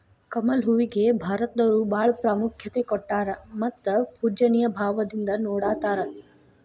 ಕಮಲ ಹೂವಿಗೆ ಭಾರತದವರು ಬಾಳ ಪ್ರಾಮುಖ್ಯತೆ ಕೊಟ್ಟಾರ ಮತ್ತ ಪೂಜ್ಯನಿಯ ಭಾವದಿಂದ ನೊಡತಾರ